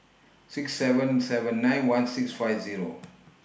six seven seven nine one six five Zero